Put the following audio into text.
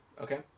Okay